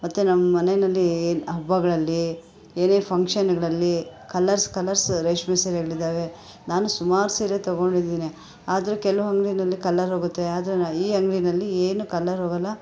ಮತ್ತು ನಮ್ಮನೆಯಲ್ಲಿ ಹಬ್ಬಗಳಲ್ಲಿ ಏನೇ ಫಂಕ್ಷನ್ಗಳಲ್ಲಿ ಕಲರ್ಸ್ ಕಲರ್ಸ್ ರೇಷ್ಮೆ ಸೀರೆಗಳಿದ್ದಾವೆ ನಾನು ಸುಮಾರು ಸೀರೆ ತೊಗೊಂಡಿದ್ದೀನಿ ಆದರೆ ಕೆಲವು ಅಂಗಡಿಯಲ್ಲಿ ಕಲರೋಗುತ್ತೆ ಆದರೆ ನ ಈ ಅಂಗಡಿಯಲ್ಲಿ ಏನೂ ಕಲರೋಗೋಲ್ಲ